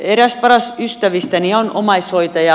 eräs parhaista ystävistäni on omaishoitaja